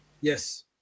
yes